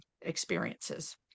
experiences